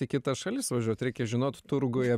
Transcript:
į kitas šalis važiuot reikia žinot turguj